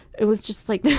it was just like,